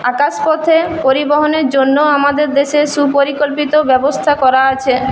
আকাশপথে পরিবহনের জন্য আমাদের দেশে সুপরিকল্পিত ব্যবস্থা করা আছে